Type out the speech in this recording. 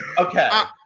okay.